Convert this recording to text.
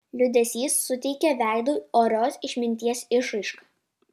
liūdesys suteikė veidui orios išminties išraišką